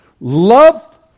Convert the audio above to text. love